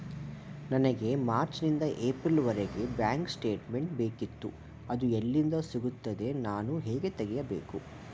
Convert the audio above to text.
ನನಗೆ ಮಾರ್ಚ್ ನಿಂದ ಏಪ್ರಿಲ್ ವರೆಗೆ ಬ್ಯಾಂಕ್ ಸ್ಟೇಟ್ಮೆಂಟ್ ಬೇಕಿತ್ತು ಅದು ಎಲ್ಲಿಂದ ಸಿಗುತ್ತದೆ ನಾನು ಹೇಗೆ ತೆಗೆಯಬೇಕು?